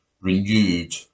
renewed